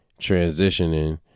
transitioning